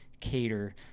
Cater